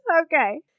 okay